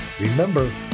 Remember